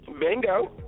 Bingo